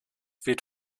wird